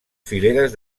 fileres